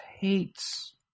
hates